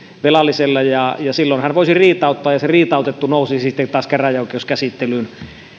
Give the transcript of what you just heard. velalliselle ja silloin hän voisi riitauttaa ja se riitautettu nousisi sitten taas käräjäoikeuskäsittelyyn